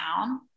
down